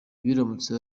biramutse